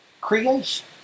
creation